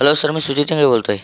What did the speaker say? hello sir मी सुधीरचंद्र बोलतोय